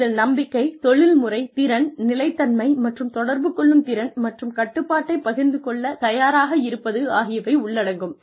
இதில் நம்பிக்கை தொழில்முறை திறன் நிலைத்தன்மை மற்றும் தொடர்பு கொள்ளும் திறன் மற்றும் கட்டுப்பாட்டைப் பகிர்ந்து கொள்ள தயாராக இருப்பது ஆகியவை உள்ளடங்கும்